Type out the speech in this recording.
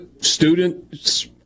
students